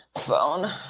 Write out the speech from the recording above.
phone